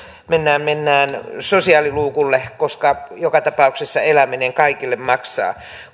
mennään mennään sosiaaliluukulle koska joka tapauksessa eläminen kaikille maksaa